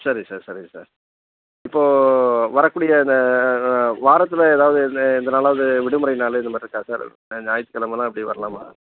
சரி சார் சரி சார் இப்போது வரக்கூடிய இந்த வாரத்தில் ஏதாவது இந்த எந்த நாளாவது விடுமுறை நாள் இது மாதிரி இருக்கா சார் ஞாயித்துக் கெழமலாம் எப்படி வரலாமா